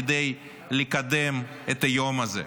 כדי לקדם את היום הזה.